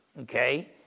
okay